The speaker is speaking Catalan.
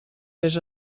vés